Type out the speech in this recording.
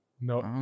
no